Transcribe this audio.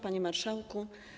Panie Marszałku!